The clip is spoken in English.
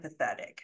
empathetic